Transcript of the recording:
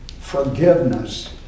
forgiveness